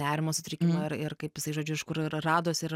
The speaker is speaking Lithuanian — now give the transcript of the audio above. nerimo sutrikimą ir ir kaip jisai žodžiu iš kur radosi ir